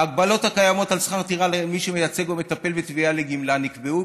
ההגבלות הקיימות על שכר טרחה למי שמייצג או מטפל בתביעה לגמלה נקבעו